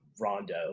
Rondo